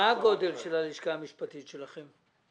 מה גודל הלשכה המשפטית שלכם?